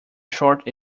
short